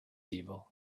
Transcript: evil